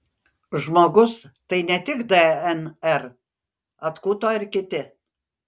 žmogus tai ne tik dnr atkuto ir kiti